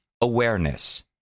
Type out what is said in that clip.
awareness